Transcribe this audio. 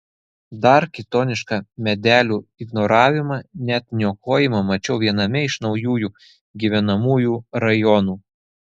dar kitonišką medelių ignoravimą net niokojimą mačiau viename iš naujųjų gyvenamųjų rajonų